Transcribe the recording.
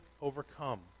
overcome